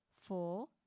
four